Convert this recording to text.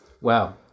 wow